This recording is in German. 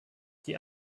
die